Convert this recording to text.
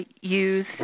use